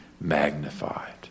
magnified